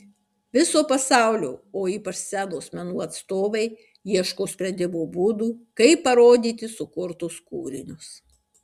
viso pasaulio o ypač scenos menų atstovai ieško sprendimo būdų kaip parodyti sukurtus kūrinius